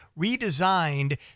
redesigned